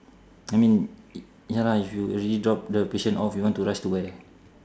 I mean ya lah if you already drop the patient off you want to rush to where